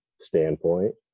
standpoint